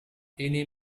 ini